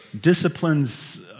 disciplines